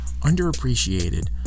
underappreciated